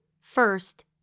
First